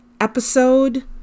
episode